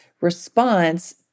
response